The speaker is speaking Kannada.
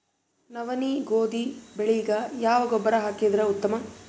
ನವನಿ, ಗೋಧಿ ಬೆಳಿಗ ಯಾವ ಗೊಬ್ಬರ ಹಾಕಿದರ ಉತ್ತಮ?